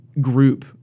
group